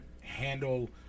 handle